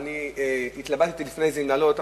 ואני התלבטתי אם להעלות את זה,